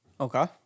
Okay